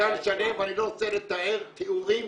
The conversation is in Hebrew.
לגן שלם, ואני לא רוצה לתאר תיאורים